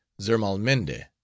zermalmende